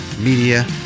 Media